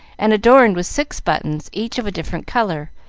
and adorned with six buttons, each of a different color,